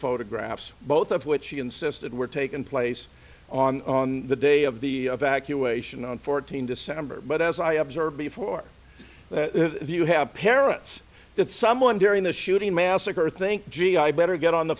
photographs both of which she insisted were taken place on the day of the evacuation on fourteen december but as i observed before if you have parents that someone during the shooting massacre think gee i better get on the